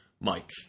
Mike